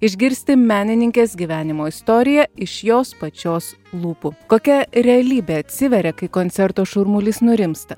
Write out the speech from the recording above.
išgirsti menininkės gyvenimo istoriją iš jos pačios lūpų kokia realybė atsiveria kai koncerto šurmulys nurimsta